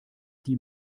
die